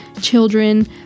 children